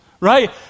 right